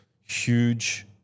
huge